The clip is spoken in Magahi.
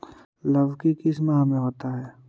लव की किस माह में होता है?